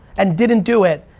and didn't do it,